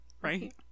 Right